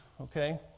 okay